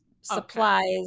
supplies